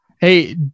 Hey